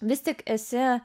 vis tik esi